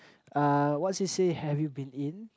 uh what c_c_a have you been in